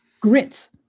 Grits